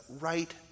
right